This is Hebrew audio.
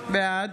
בעד